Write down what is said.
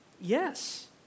Yes